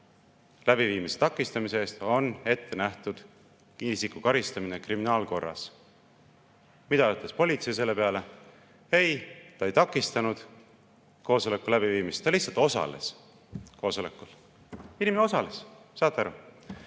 läbiviimise takistamise eest on ette nähtud isiku karistamine kriminaalkorras. Mida ütles politsei selle peale? Ei, ta ei takistanud koosoleku läbiviimist, ta lihtsalt osales koosolekul. Inimene osales! Saate